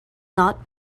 not